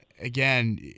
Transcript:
again